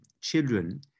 children